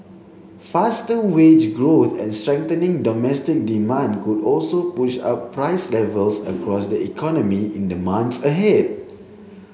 faster wage growth and strengthening domestic demand could also push up price levels across the economy in the months ahead